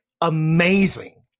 amazing